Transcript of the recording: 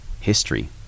history